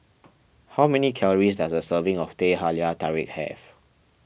how many calories does a serving of Teh Halia Tarik have